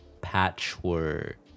patchwork